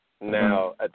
now